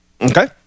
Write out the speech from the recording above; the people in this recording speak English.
Okay